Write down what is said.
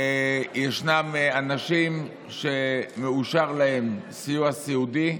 יש אנשים שמאושר להם סיוע סיעודי.